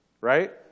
right